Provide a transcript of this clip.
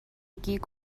gig